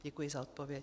Děkuji za odpověď.